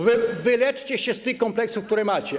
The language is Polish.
Wyleczcie się z tych kompleksów, które macie.